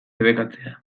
debekatzea